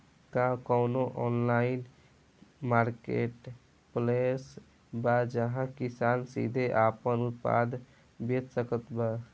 का कउनों online marketplace बा जहां किसान सीधे आपन उत्पाद बेच सकत बा?